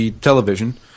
television